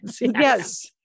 Yes